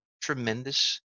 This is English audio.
tremendous